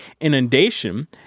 inundation